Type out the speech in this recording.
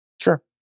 Sure